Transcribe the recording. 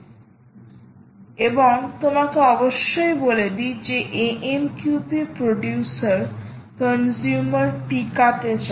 আমি তোমাকে অবশ্যই বলে দিই যে AMQP প্রডিউসার কনজিউমার পিকা তে চলে